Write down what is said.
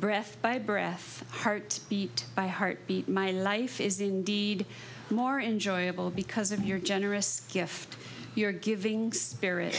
breath by breath heart beat by heart beat my life is indeed more enjoyable because of your generous gift your giving spirit